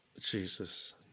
Jesus